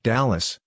Dallas